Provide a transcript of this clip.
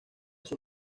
sus